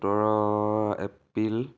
সোতৰ এপ্ৰিল